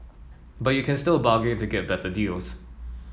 but you can still bargain to get better deals